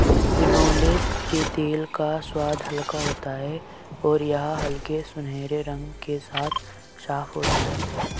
बिनौले के तेल का स्वाद हल्का होता है और यह हल्के सुनहरे रंग के साथ साफ होता है